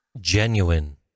Genuine